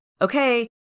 okay